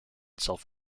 self